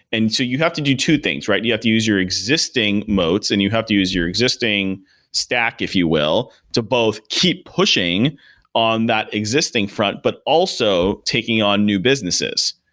and so you have to do two things, right? you have to use your existing motes and you have to use your existing stack, if you will, to both keep pushing on that existing front, but also taking on new businesses.